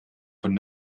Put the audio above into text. von